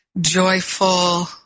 joyful